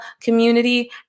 community